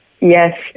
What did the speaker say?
Yes